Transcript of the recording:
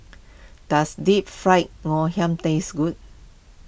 does Deep Fried Ngoh Hiang taste good